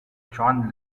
john